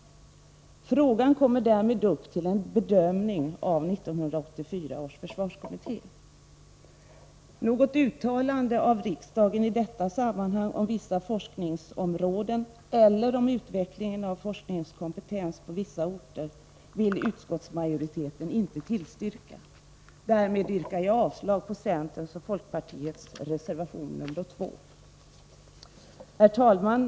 Frågan kommer därmed upp till en bedömning av 1984 års försvarskommitté. Något uttalande av riksdagen i detta sammanhang om vissa forskningsområden eller om utvecklingen av forskningskompetens på vissa orter vill utskottsmajoriteten inte tillstyrka. Därmed yrkar jag avslag på centerns och folkpartiets reservation nr 2. Herr talman!